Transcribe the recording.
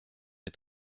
est